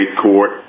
court